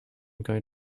going